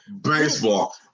Baseball